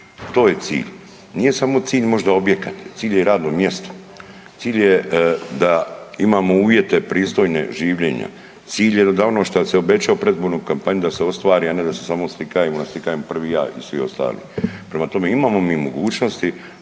To je cilj. Nije samo cilj možda objekat, cilj je i radno mjesto. Cilj je da imamo uvjete pristojne življenja. Cilj je nedavno što se obećalo u predizbornoj kampanji da se ostvari a ne da se samo naslikajemo i naslikajemo prvi ja i svi ostali. Prema tome, imamo mi mogućnosti